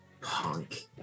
punk